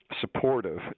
supportive